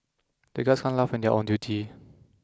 the guards can't laugh when they are on duty